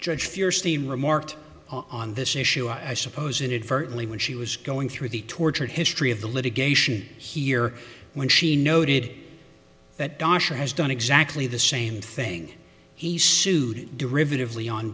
judge fiercely remarked on this issue i suppose it for only when she was going through the tortured history of the litigation here when she noted that darshan has done exactly the same thing he sued derivative lee on